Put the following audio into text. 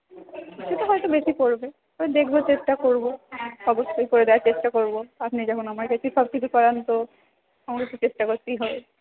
কিছুটা হয়তো বেশি পড়বে তবে দেখবো চেষ্টা করবো অবশ্যই করে দেওয়ার চেষ্টা করবো আপনি যখন আমার কাছেই সবকিছু করান তো আমাকে তো চেষ্টা করতেই হবে